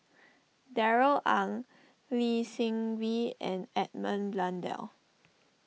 Darrell Ang Lee Seng Wee and Edmund Blundell